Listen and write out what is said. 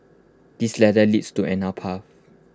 this ladder leads to path